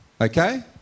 okay